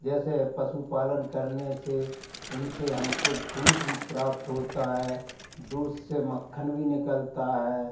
जैसे पशुपालन करने से उनसे हमको दूध भी प्राप्त होता है दूध से मक्खन भी निकलता है